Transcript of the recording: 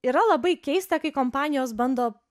yra labai keista kai kompanijos bando